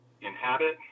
inhabit